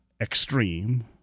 extreme